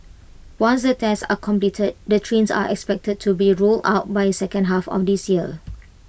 once the tests are completed the trains are expected to be rolled out by second half of this year